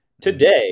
Today